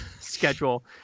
schedule